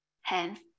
Hence